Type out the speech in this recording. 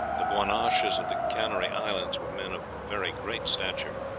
the guanches of the canary islands were men of very great stature.